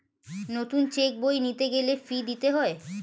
নতুন চেক বই নিতে গেলে ফি দিতে হয়